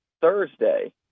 Thursday